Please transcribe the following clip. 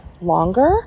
longer